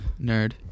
Nerd